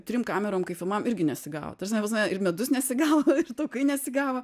trim kamerom kai filmavom irgi nesigavo ta prasme pas mane ir medus nesigavo iki taukai nesigavo